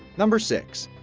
number six,